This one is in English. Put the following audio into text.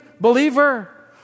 believer